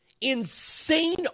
insane